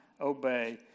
obey